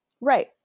Right